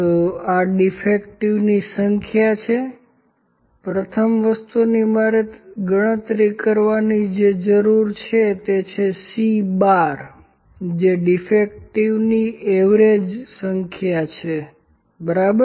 તો આ ડીફેક્ટની સંખ્યા છે પ્રથમ વસ્તુની મારે ગણતરી કરવાની જરૂર છે તે C¯છે જે ડીફેક્ટની એવરેજ સંખ્યા છે બરાબર